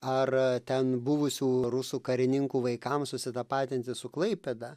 ar ten buvusių rusų karininkų vaikams susitapatinti su klaipėda